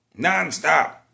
Nonstop